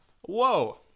Whoa